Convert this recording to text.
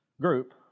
group